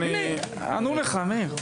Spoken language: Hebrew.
ענו לך, מאיר.